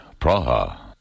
Praha